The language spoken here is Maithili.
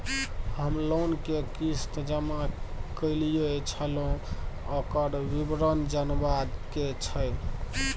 हम लोन के किस्त जमा कैलियै छलौं, ओकर विवरण जनबा के छै?